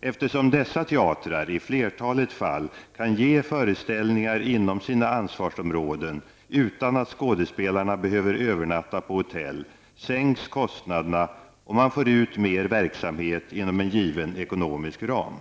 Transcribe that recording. Eftersom dessa teatrar i flertalet fall kan ge föreställningar inom sina ansvarsområden utan att skådespelarna behöver övernatta på hotell sänks kostnaderna och man får ut mer verksamhet inom en given ekonomisk ram.